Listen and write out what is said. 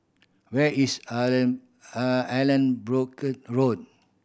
where is Allanbrooke Road